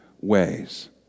ways